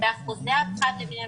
באחוזי הפחת למיניהם.